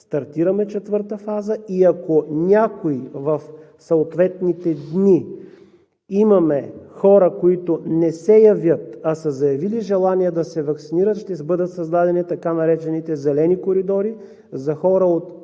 стартираме четвърта фаза и ако в съответните дни имаме хора, които не се явят, а са заявили желание да се ваксинират, ще бъдат създадени така наречените зелени коридори за хора,